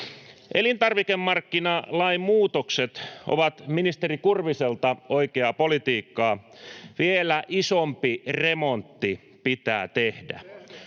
Elintarvikemarkkinalain muutokset ovat ministeri Kurviselta oikeaa politiikkaa. Vielä isompi remontti pitää tehdä.